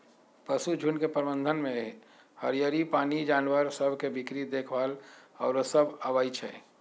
पशुझुण्ड के प्रबंधन में हरियरी, पानी, जानवर सभ के बीक्री देखभाल आउरो सभ अबइ छै